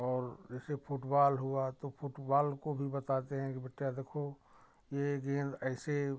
और जैसे फूटबॉल हुआ तो फूटबॉल को भी बताते हैं कि बेटे ये देखो ये गेंद ऐसे